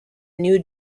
new